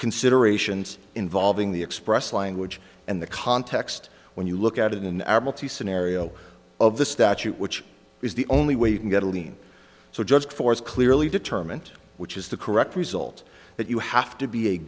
considerations involving the express language and the context when you look at it in the scenario of the statute which is the only way you can get a lien so judge force clearly determent which is the correct result that you have to be a